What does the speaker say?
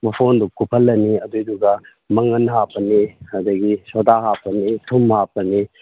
ꯃꯐꯣꯟꯗꯨ ꯀꯨꯞꯐꯜꯂꯅꯤ ꯑꯗꯨꯏꯗꯨꯒ ꯃꯪꯒꯟ ꯍꯥꯞꯄꯅꯤ ꯑꯗꯒꯤ ꯁꯣꯗꯥ ꯍꯥꯞꯄꯅꯤ ꯊꯨꯝ ꯍꯥꯞꯄꯅꯤ